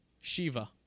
Shiva